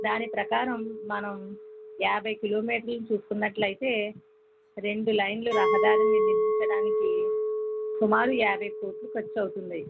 దాని ప్రకారం మనం యాభై కిలోమీటర్లను చూసుకున్నట్లైతే రెండు లేన్లు రహదారిని నిర్మించడానికి సుమారు యాభై కోట్లు ఖర్చు అవుతుంది